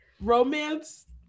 romance